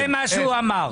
זה מה שהוא אמר.